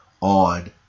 on